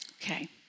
Okay